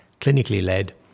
clinically-led